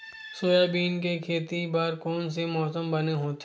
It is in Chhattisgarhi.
सोयाबीन के खेती बर कोन से मौसम बने होथे?